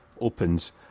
opens